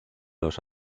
los